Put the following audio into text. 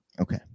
Okay